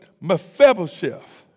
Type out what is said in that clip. Mephibosheth